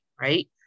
right